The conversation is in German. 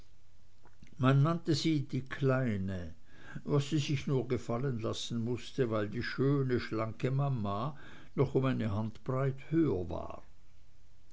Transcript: man nannte sie die kleine was sie sich nur gefallen lassen mußte weil die schöne schlanke mama noch um eine handbreit höher war